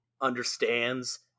understands